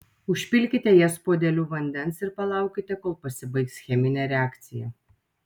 užpilkite jas puodeliu vandens ir palaukite kol pasibaigs cheminė reakcija